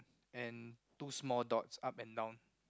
and two small dots up and down